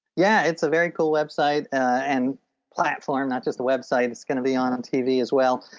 yeah it's a very cool website and platform, not just website. it's going to be on on tv as well.